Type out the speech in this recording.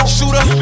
Shooter